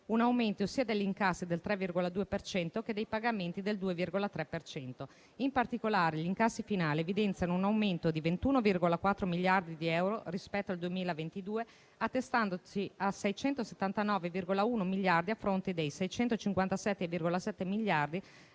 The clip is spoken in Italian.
un aumento sia degli incassi, del 3,2 per cento, che dei pagamenti, del 2,3 per cento. In particolare, gli incassi finali evidenziano un aumento di 21,4 miliardi di euro rispetto al 2022, attestandosi a 679,1 miliardi, a fronte dei 657,7 registrati